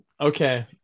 okay